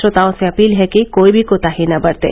श्रोताओं से अपील है कि कोई भी कोताही न बरतें